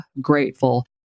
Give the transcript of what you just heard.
grateful